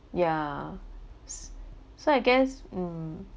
yeah s~ so I guess mm